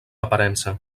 aparença